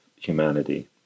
humanity